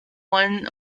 one